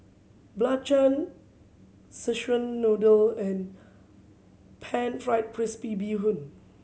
belacan Szechuan Noodle and pan fry crispy bee hoon